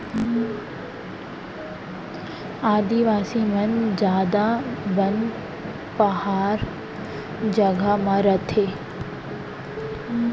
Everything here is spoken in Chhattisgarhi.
आदिवासी मन जादा बन पहार जघा म रथें